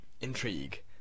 Intrigue